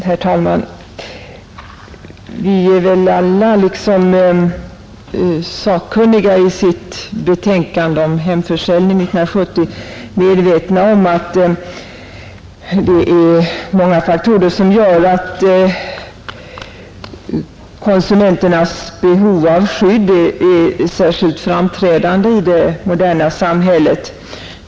Herr talman! Vi är alla liksom de sakkunniga i sitt år 1970 avgivna betänkande Hemförsäljning medvetna om att det är många faktorer som gör att konsumenternas behov av skydd är särskilt framträdande i det moderna samhället.